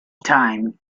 time